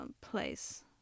place